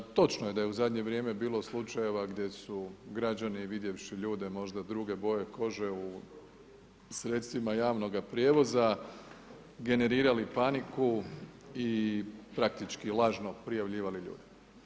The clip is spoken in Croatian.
Točno je da je u zadnje vrijeme bilo slučajeva da su građani vidjevši ljude možda druge boje kože u sredstvima javnog prijevoza generirali paniku i praktički lažno prijavljivali ljude.